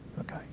Okay